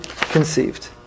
conceived